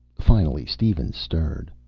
finally steven stirred.